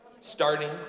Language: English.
Starting